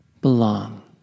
belong